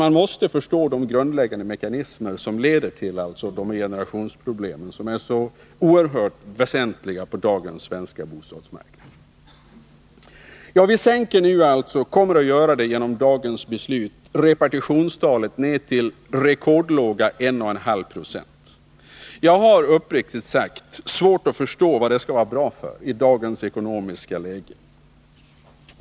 Man måste förstå de grundläggande mekanismer som leder till det här generationsproblemet, som är så oerhört väsentligt på dagens svenska bostadsmarknad. Vi kommer nu genom dagens beslut att sänka repartitionstalet till rekordlåga 1,5 26. Jag har uppriktigt sagt svårt att förstå vad det skall vara bra för i dagens ekonomiska läge.